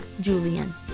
Julian